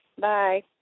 Bye